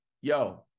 Yo